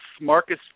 Marcus